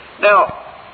Now